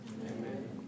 Amen